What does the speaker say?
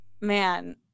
man